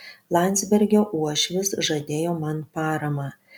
landsbergio uošvis žadėjo man paramą